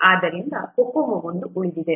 ಆದ್ದರಿಂದ COCOMO ಒಂದು ಉಳಿದಿದೆ